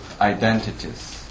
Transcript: identities